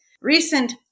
Recent